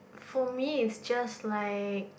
for me is just like